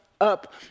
up